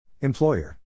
Employer